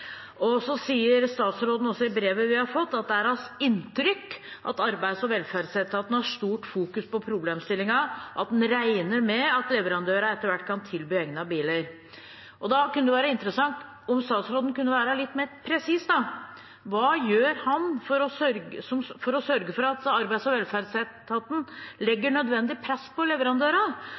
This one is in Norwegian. Så sier statsråden også i brevet vi har fått, at det er hans inntrykk at arbeids- og velferdsetaten har stort fokus på problemstillingen, og at han regner med at leverandørene etter hvert kan tilby egnede biler. Da kunne det være interessant om statsråden kunne være litt mer presis: Hva gjør han for å sørge for at arbeids- og velferdsetaten legger nødvendig press på